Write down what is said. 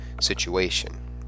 situation